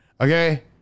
Okay